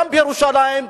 גם בירושלים,